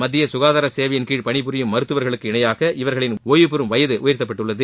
மத்திய சுகாதார சேவையின் கீழ் பணிபுரியும் மருத்துவர்களுக்கு இணையாக இவர்களின் ஒய்வுபெறும் வயது உயர்த்தப்பட்டுள்ளது